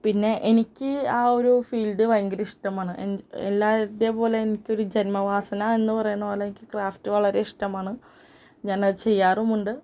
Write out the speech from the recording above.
പിന്നെ എനിക്ക് ആ ഒരു ഫീൽഡ് ഭയങ്കര ഇഷ്ടമാണ് എല്ലാവരുടെ പോലെനിക്കൊരു ജന്മ വാസന എന്ന് പറയുന്ന പോലെ എനിക്ക് ക്രാഫ്റ്റ് വളരെ ഇഷ്ടമാണ് ഞാനത് ചെയ്യാറുമുണ്ട്